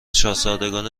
شاهزادگان